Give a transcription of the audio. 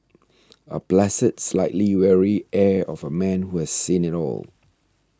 a placid slightly weary air of a man who has seen it all